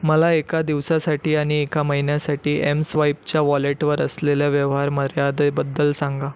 मला एका दिवसासाठी आणि एका महिन्यासाठी एमस्वाईपच्या वॉलेटवर असलेल्या व्यवहार मर्यादेबद्दल सांगा